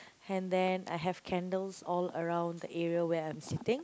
and then I have candles all around the area where I'm sitting